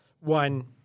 One